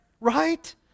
right